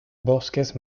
bosques